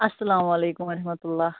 اَسلام علیکُم ورحمتُہ اللہ